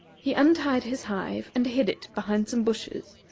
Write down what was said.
he untied his hive, and hid it behind some bushes,